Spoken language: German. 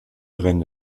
rennen